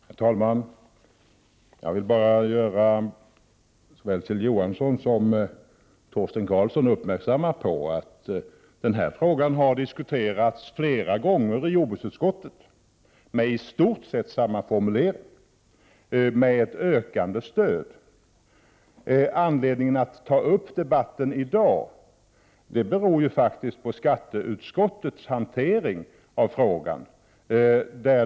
Herr talman! Jag vill bara göra såväl Kjell Johansson som Torsten Karlsson uppmärksamma på att denna fråga har diskuterats flera gånger i jordbruksutskottet med i stort sett samma formulering och med ett ökande stöd. Anledningen till att jag har tagit upp debatten i dag är faktiskt skatteutskottets hantering av frågan.